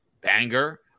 banger